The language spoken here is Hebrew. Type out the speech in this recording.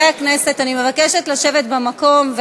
חברי הכנסת, אני מבקשת לשבת במקום.